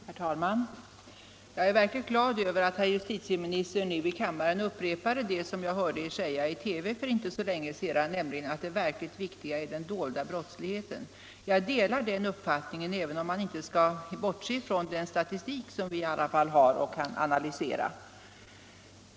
Herr talman! Jag är verkligen glad över att ni, herr justitieminister, nu i kammaren upprepade det som jag hörde er säga i TV för inte så länge sedan, nämligen att det verkligt viktiga är den dolda brottsligheten. Jag delar den uppfattningen, även om jag anser att man inte skall bortse från den brottsstatistik som finns och som kan analyseras.